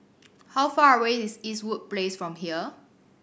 how far away is Eastwood Place from here